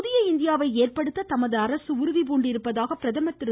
புதிய இந்தியாவை ஏற்படுத்த தமது அரசு உறுதி பூண்டிருப்பதாக பிரதமர் திரு